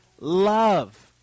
love